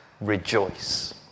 Rejoice